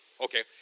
Okay